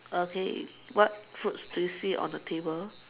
okay what fruits do you see on the table